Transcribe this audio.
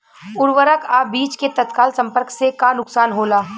उर्वरक अ बीज के तत्काल संपर्क से का नुकसान होला?